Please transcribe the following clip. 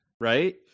right